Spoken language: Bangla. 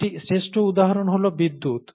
একটি শ্রেষ্ঠ উদাহরণ হল বিদ্যুৎ